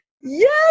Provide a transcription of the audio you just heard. Yes